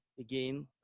again,